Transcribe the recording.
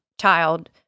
child